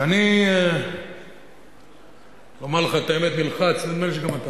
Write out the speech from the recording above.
ואני, לומר לך את האמת, נלחץ, ונדמה לי שגם אתה.